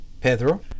Pedro